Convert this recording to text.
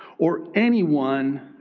or anyone